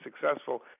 successful